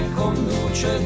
conduce